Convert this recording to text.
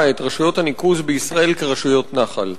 את רשויות הניקוז בישראל כרשויות נחל.